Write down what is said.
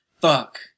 Fuck